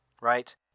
right